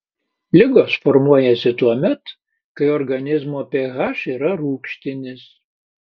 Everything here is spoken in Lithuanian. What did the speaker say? ligos formuojasi tuomet kai organizmo ph yra rūgštinis